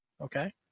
Okay